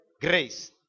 grace